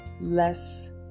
less